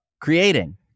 creating